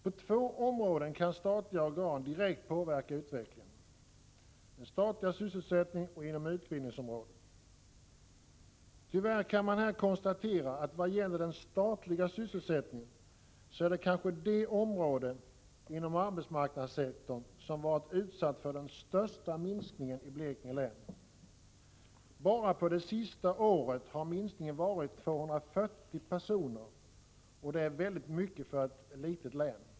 På två områden kan statliga organ direkt påverka utvecklingen. Det gäller den statliga sysselsättningen och utbildningsområdet. Tyvärr kan man vad gäller den statliga sysselsättningen konstatera att det kanske är det område inom arbetsmarknadssektorn som varit utsatt för den största minskningen i Blekinge län. Bara på det sista året har minskningen varit 240 personer, och det är väldigt mycket för ett litet län.